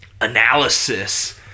analysis